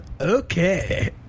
Okay